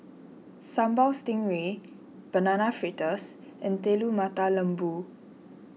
Sambal Stingray Banana Fritters and Telur Mata Lembu